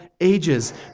ages